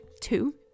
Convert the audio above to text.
Two